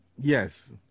Yes